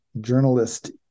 Journalist